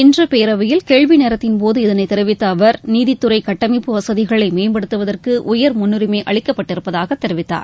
இன்று பேரவையில் கேள்விநேரத்தின்போது இதனை தெரிவித்த அவர் நீதித்துறை கட்டமைப்பு வசதிகளை மேம்படுத்துவதற்கு உயர் முன்னரிமை அளிக்கப்பட்டிருப்பதாக தெரிவித்தார்